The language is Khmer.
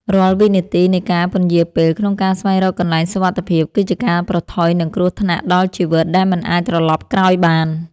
រាល់វិនាទីនៃការពន្យារពេលក្នុងការស្វែងរកកន្លែងសុវត្ថិភាពគឺជាការប្រថុយនឹងគ្រោះថ្នាក់ដល់ជីវិតដែលមិនអាចត្រឡប់ក្រោយបាន។